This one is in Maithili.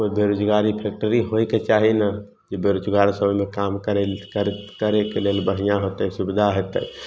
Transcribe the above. कोइ बेरोजगारी फैक्ट्री होइके चाहीने बेरोजगार सब ओइमे काम करय के लेल बढ़िआँ हेतय सुविधा हेतय